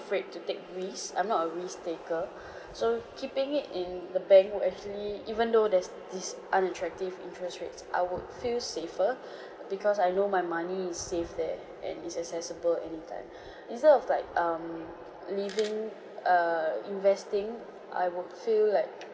to take risk I'm not a risk-taker so keeping it in the bank would actually even though there's this unattractive interest rates I would feel safer because I know my money is safe there and is accessible anytime it's sort of like um leaving err investing I would feel like